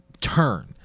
turn